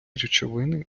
речовини